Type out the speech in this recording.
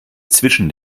zwischen